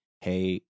hey